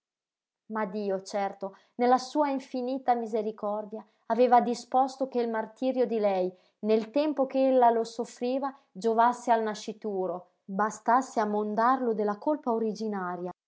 ma dio certo nella sua infinita misericordia aveva disposto che il martirio di lei nel tempo ch'ella lo soffriva giovasse al nascituro bastasse a mondarlo della colpa originaria